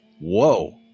whoa